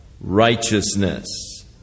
righteousness